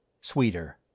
sweeter